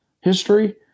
history